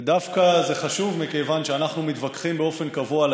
וזה דווקא חשוב מכיוון שאנחנו מתווכחים באופן קבוע על